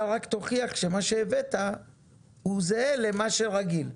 אתה רק תוכיח שמה שהבאת הוא זהה למה שרגיל.